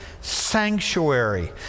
sanctuary